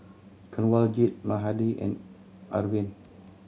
Kanwaljit Mahade and Arvind